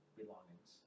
belongings